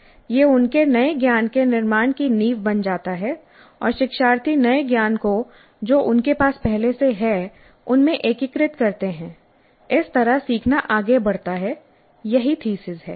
यह उनके नए ज्ञान के निर्माण की नींव बन जाता है और शिक्षार्थी नए ज्ञान को जो उनके पास पहले से है उसमें एकीकृत करते हैं इस तरह सीखना आगे बढ़ता है यही थीसिस है